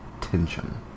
Tension